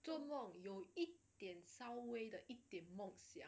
做梦有一点稍微有一点的梦想